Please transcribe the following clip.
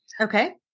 Okay